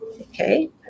Okay